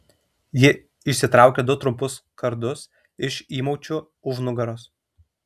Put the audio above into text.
ji išsitraukė du trumpus kardus iš įmaučių už nugaros